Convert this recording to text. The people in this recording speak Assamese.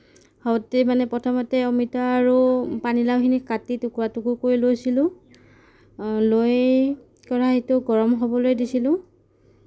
হওঁতে মানে প্ৰথমতে অমিতা আৰু পানীলাউখিনি কাটি টুকুৰা টুকুৰ কৰি লৈছিলোঁ লৈ কেৰহীটো গৰম হ'বলৈ দিছিলোঁ